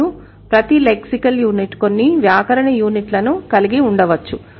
మరియు ప్రతి lexical unit కొన్ని వ్యాకరణ యూనిట్లను కలిగి ఉండవచ్చు